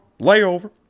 layover